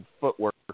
footwork